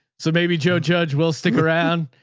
so maybe joe judge will stick around.